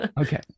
Okay